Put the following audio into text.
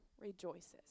rejoices